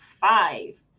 five